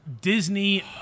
Disney